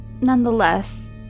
nonetheless